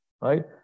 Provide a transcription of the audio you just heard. right